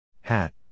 Hat